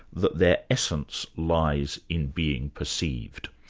that their essence lies in being perceived.